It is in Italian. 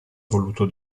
voluto